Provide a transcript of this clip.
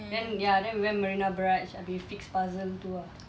then ya then we went marina barrage abeh fix puzzle tu ah